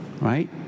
right